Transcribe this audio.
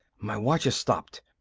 my watch has stopped,